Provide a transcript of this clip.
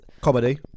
comedy